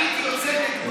הייתי יוצא נגדו.